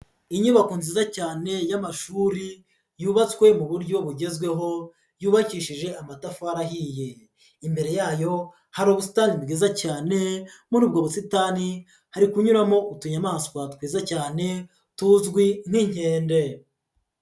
Inyubako nziza cyane y'amashuri yubatswe mu buryo bugezweho yubakishije amatafari ahiye. Imbere yayo hari ubusitani bwiza cyane, muri ubwo busitani hari kunyuramo utunyamaswa twiza cyane tuzwi nk'inkende.